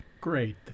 Great